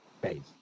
base